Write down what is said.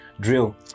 drill